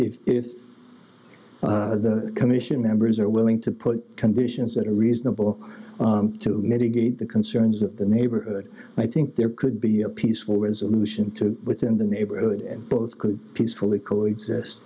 if commission members are willing to put conditions that are reasonable to mitigate the concerns of the neighborhood i think there could be a peaceful resolution to within the neighborhood and both could peacefully coexist